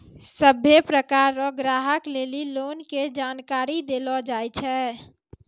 सभ्भे प्रकार रो ग्राहक लेली लोन के जानकारी देलो जाय छै